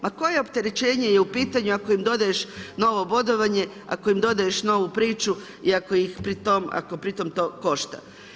Ma koje opterećenje je u pitanju, ako im dodaješ novo bodovanje, ako im dodaješ novu priču i ako pri tome košta.